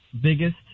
biggest